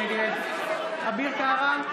נגד אביר קארה,